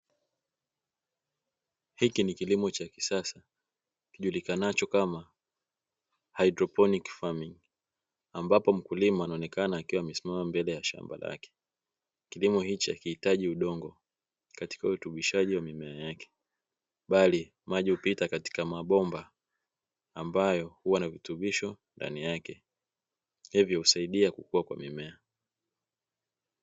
Hiki ni kilimo cha kisasa julikanacho kama haidroponi, ambapo mkulima anaonekana akiwa amesimama mbele ya shamba lake kilimo hichi hakihitaji udongo, katika uitubishaji wa mimea yake bali maji hupita katika mabomba ambayo huwa na virutubisho ndani yake hivyo husaidia kukua kwa mimea.